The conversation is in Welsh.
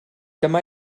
dyma